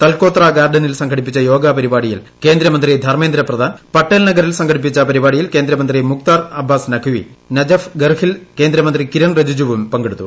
തൽക്കോത്ര ഗാർഡനിൽ സംഘടിപ്പിച്ച യോഗാ പരിപാടിയിൽ കേന്ദ്രമന്ത്രി ധർമേന്ദ്ര പ്രധാൻ പട്ടേൽ നഗറിൽ സംഘടിപ്പിച്ചു പരിപാടിയിൽ കേന്ദ്ര മന്ത്രി മുക്താർ അബ്ബാസ് നക്വി നജഫ്ഗർഹിൽ കേന്ദ്ര മന്ത്രി കിരൺ റിജ്ജുജുവും പങ്കെടുത്തു